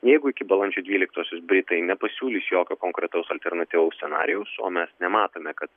jeigu iki balandžio dvyliktosios britai nepasiūlys jokio konkretaus alternatyvaus scenarijaus o mes nematome kad